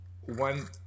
one